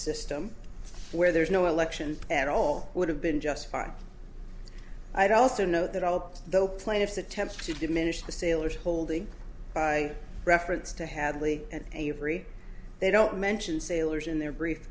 system where there is no election at all would have been justified i'd also know that all of the plaintiffs attempt to diminish the sailors holding by reference to hadley and avery they don't mention sailors in their brief